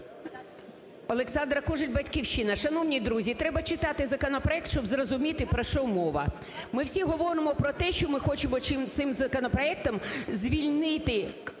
Олександра Кужель, "Батьківщина". Шановні друзі! Треба читати законопроект, щоб зрозуміти, про що мова. Ми всі говоримо про те, ми хочемо цим законопроектом звільнити